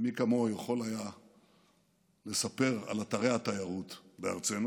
ומי כמוהו יכול היה לספר על אתרי התיירות בארצנו.